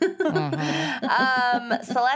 Celeste